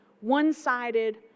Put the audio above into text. one-sided